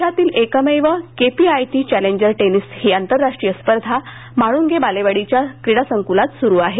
देशातील एकमेव KPIT challenger tennis ही आंतरराष्ट्रीय स्पर्धा म्हाळूंगे बालेवाडीच्या क्रीडासंकुलात स्रु आहे